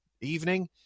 evening